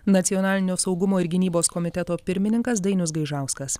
nacionalinio saugumo ir gynybos komiteto pirmininkas dainius gaižauskas